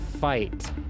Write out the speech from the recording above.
fight